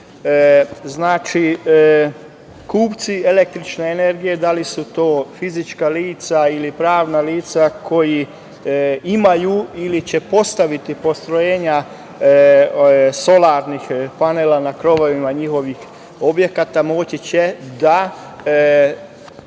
kupci električne energije, da li su to fizička lica ili pravna lica koja imaju ili će postaviti postrojenja solarnih panela na krovovima njihovih objekata, moći će da